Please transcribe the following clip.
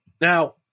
Now